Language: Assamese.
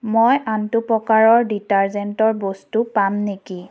মই আনটো প্ৰকাৰৰ ডিটাৰজেন্টৰ বস্তু পাম নেকি